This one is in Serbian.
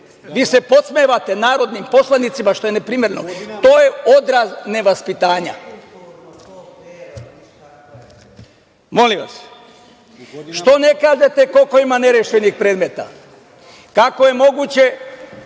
Vi se podsmevate narodnim poslanicima, što je neprimereno. To je odraz nevaspitanja. Milim vas, što ne kažete koliko ima nerešenih predmeta? Kako je moguće